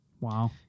Wow